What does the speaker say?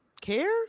care